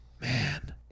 Man